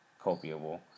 copyable